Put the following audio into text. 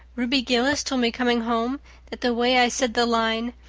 ruby gillis told me coming home that the way i said the line,